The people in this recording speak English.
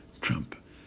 Trump